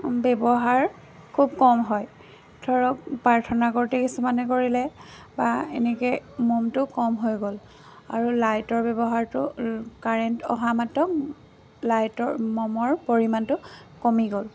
ব্যৱহাৰ খুব কম হয় ধৰক প্ৰাৰ্থনা কৰোঁতে কিছুমানে কৰিলে বা এনেকৈ মমটো কম হৈ গ'ল আৰু লাইটৰ ব্যৱহাৰটো কাৰেণ্ট অহা মাত্ৰক লাইটৰ মমৰ পৰিমাণটো কমি গ'ল